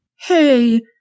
Hey